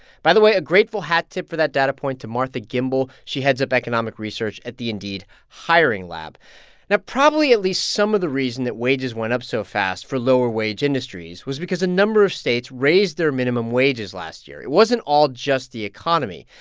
by the way, a grateful hat tip for that data point to martha gimbel. she heads up economic research at the indeed hiring lab now, probably at least some of the reason that wages went up so fast for lower-wage industries was because a number of states raised their minimum wages last year. it wasn't all just the economy.